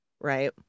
Right